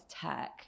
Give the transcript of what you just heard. tech